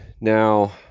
Now